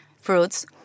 fruits